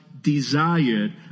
desired